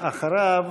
אחריו,